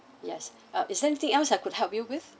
yes uh is there anything else I could help you with